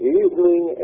evening